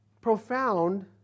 profound